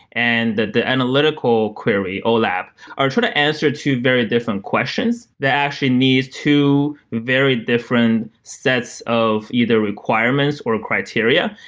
and the the analytical query, olap sort of answer to very different questions that actually need two very different sets of either requirements or criteria,